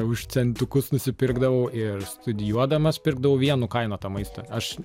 už centukus nusipirkdavau ir studijuodamas pirkdavau vien nukainotą maistą aš